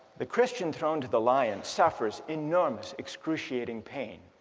the christian thrown to the lion suffers enormous excruciating pain,